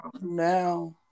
now